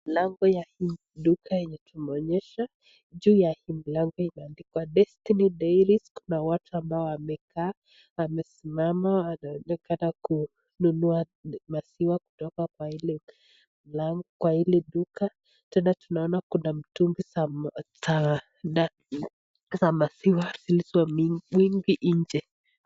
Lango ya duka yenye tumeonyeshwa. Juu ya lango kumeandikwa Destiny Dairies . Kuna watu ambao wamekaa wamesimama wanaonekana kununua maziwa kutoka kwa hili duka. Tena tunaona kuna mitungi za maziwa zilizo mingi nje.